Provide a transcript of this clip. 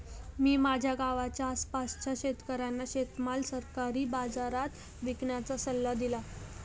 मी माझ्या गावाच्या आसपासच्या शेतकऱ्यांना शेतीमाल सरकारी बाजारात विकण्याचा सल्ला दिला